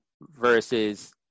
versus